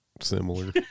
Similar